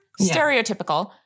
Stereotypical